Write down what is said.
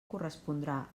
correspondrà